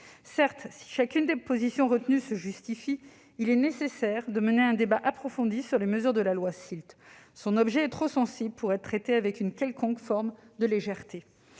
Certes, si chacune des positions retenues se justifie, il est nécessaire de mener un débat approfondi sur les mesures de la loi SILT, son objet étant trop sensible pour être traité avec une quelconque forme de légèreté.